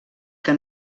que